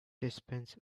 dispense